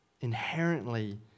inherently